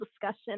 discussion